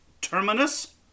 terminus